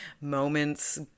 moments